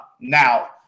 Now